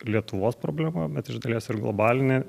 lietuvos problema bet iš dalies ir globalinė